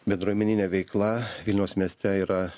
bendruomeninė veikla vilniaus mieste yra